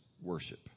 Worship